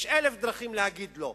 יש אלף דרכים להגיד לא,